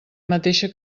mateixa